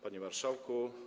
Panie Marszałku!